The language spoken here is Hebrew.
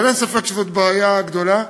אבל אין ספק שזאת בעיה גדולה.